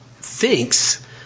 thinks